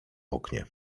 oknie